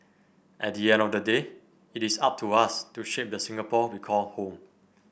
at the end of the day it is up to us to shape the Singapore we call home